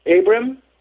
Abram